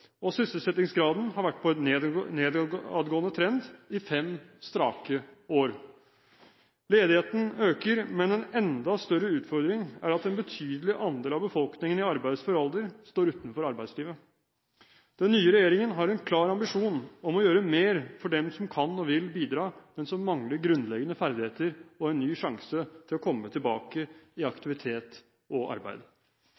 og sysselsettingsgraden har vært på en nedadgående trend i fem strake år. Ledigheten øker, men en enda større utfordring er at en betydelig andel av befolkningen i arbeidsfør alder står utenfor arbeidslivet. Den nye regjeringen har en klar ambisjon om å gjøre mer for dem som kan og vil bidra, men som mangler grunnleggende ferdigheter og en ny sjanse til å komme tilbake i